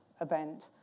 event